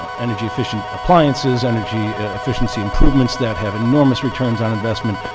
energy efficient appliances, energy efficient improvements that have enormous returns on investment.